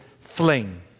fling